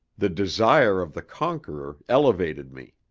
the desire of the conqueror elevated me.